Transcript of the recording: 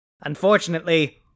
unfortunately